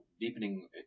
deepening